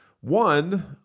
One